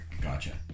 Gotcha